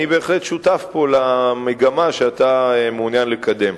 אני בהחלט שותף למגמה שאתה מעוניין לקדם.